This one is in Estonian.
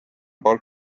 poolt